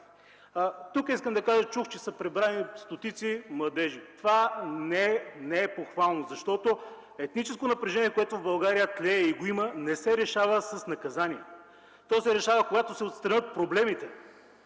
убият още някой? Чух, че са прибрани стотици младежи. Това не е похвално, защото етническото напрежение, което тлее в България и го има, не се решава с наказания. То се решава, когато се отстранят проблемите,